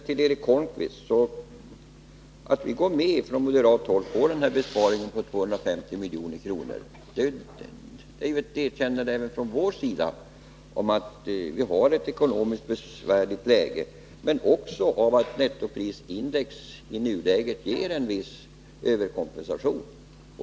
Till Eric Holmqvist vill jag säga att när vi från moderat håll går med på besparingen på 250 milj.kr. är det ett erkännande även från vår sida av att vi har ett besvärligt ekonomiskt läge, men också av att nettoprisindex i nuläget ger en viss överkompensation.